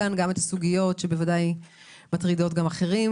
את הסוגיות שבוודאי מטרידות גם אחרים.